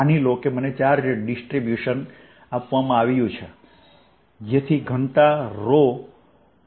માની લો કે મને ચાર્જ ડિસ્ટ્રિબ્યુશન આપવામાં આવ્યું છે જેથી ઘનતા rછે